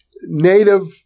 Native